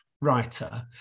writer